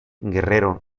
guerrero